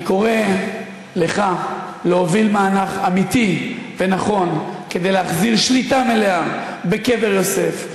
אני קורא לך להוביל מהלך אמיתי ונכון כדי להחזיר שליטה מלאה בקבר יוסף,